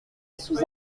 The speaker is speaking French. sous